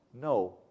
no